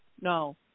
No